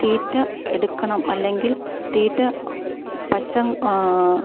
തീറ്റ എടുക്കണം അല്ലെങ്കിൽ തീറ്റ പച്ച